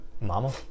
Mama